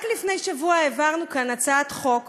רק לפני שבוע העברנו כאן הצעת חוק